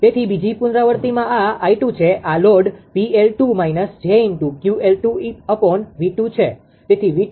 તેથી બીજી પુનરાવૃત્તિમાં આ 𝑖2 છે આ લોડ 𝑃𝐿2 − 𝑗𝑄𝐿2𝑉2∗ છે